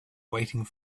waiting